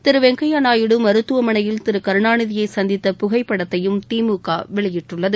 திரு வெங்கப்யா நாயுடு மருத்துவமனையில் திரு கருணாநிதியை சந்தித்த புகைப்படத்தையும் திமுக வெளியிட்டுள்ளது